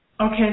Okay